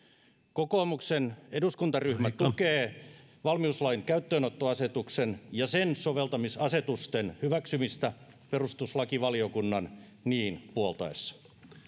kokoomuksen eduskuntaryhmä tukee valmiuslain käyttöönottoasetuksen ja sen soveltamisasetusten hyväksymistä perustuslakivaliokunnan niin puoltaessa